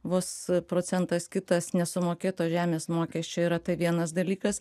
vos procentas kitas nesumokėto žemės mokesčio yra tai vienas dalykas